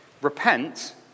repent